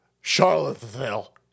Charlottesville